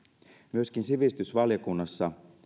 myöskin sivistysvaliokunnassa